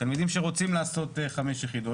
אלה תלמידים שרוצים לעשות 5 יח"ל,